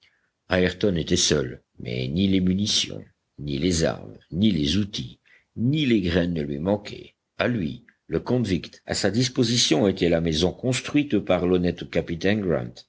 était seul mais ni les munitions ni les armes ni les outils ni les graines ne lui manquaient à lui le convict à sa disposition était la maison construite par l'honnête capitaine